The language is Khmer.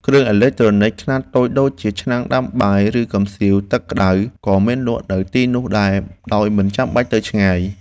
គ្រឿងអេឡិចត្រូនិចខ្នាតតូចដូចជាឆ្នាំងដាំបាយឬកំសៀវទឹកក្តៅក៏មានលក់នៅទីនោះដែរដោយមិនបាច់ទៅឆ្ងាយ។